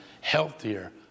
healthier